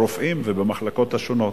ברופאים ובמחלקות השונות.